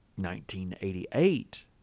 1988